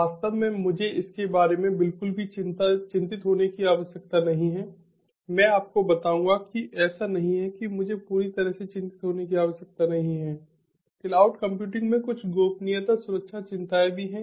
वास्तव में मुझे इसके बारे में बिल्कुल भी चिंतित होने की आवश्यकता नहीं है मैं आपको बताऊंगा कि ऐसा नहीं है कि मुझे पूरी तरह से चिंतित होने की आवश्यकता नहीं है क्लाउड कंप्यूटिंग में कुछ गोपनीयता सुरक्षा चिंताएं भी हैं